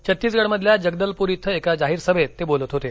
छत्तीसगडमधील जगदलपूर इथे एका जाहीर सभेत ते बोलत होते